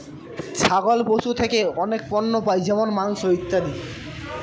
ছাগল পশু থেকে অনেক পণ্য পাই যেমন মাংস, ইত্যাদি